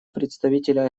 представителя